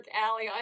alley